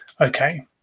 Okay